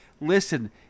Listen